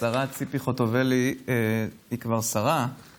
חברות וחברי הכנסת,